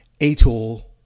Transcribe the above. A-Tool